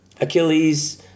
Achilles